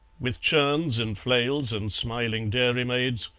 with churns and flails and smiling dairymaids,